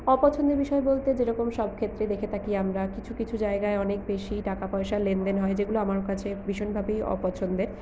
অপছন্দের বিষয় বলতে যেরকম সবক্ষেত্রে দেখে থাকি আমরা কিছু কিছু জায়গায় অনেক বেশি টাকাপয়সা লেনদেন হয় যেগুলো আমার কাছে ভীষণভাবেই অপছন্দের